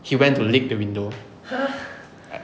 he went to lick the window I